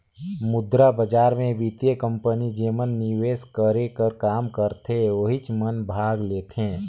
मुद्रा बजार मे बित्तीय कंपनी जेमन निवेस करे कर काम करथे ओहिच मन भाग लेथें